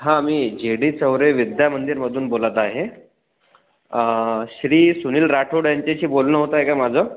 हां मी J D Chaware Vidya मंदिरमधून बोलत आहे श्री सुनील राठोड यांच्याशी बोलणं होत आहे का माझं